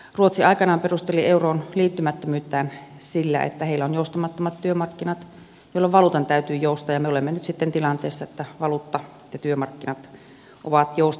ruotsi aikanaan perusteli euroon liittymättömyyttään sillä että heillä on joustamattomat työmarkkinat jolloin valuutan täytyy joustaa ja me olemme nyt sitten tilanteessa että valuutta ja työmarkkinat ovat joustamattomat